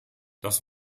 das